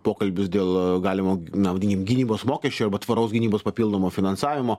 pokalbius dėl galimo na vadinkim gynybos mokesčio arba tvaraus gynybos papildomo finansavimo